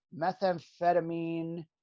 methamphetamine